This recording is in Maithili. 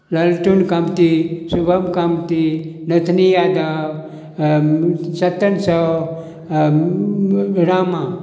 ललटुन कामती शुभम कामती नथुनी यादव सत्तन साव रामा